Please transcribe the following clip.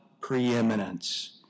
preeminence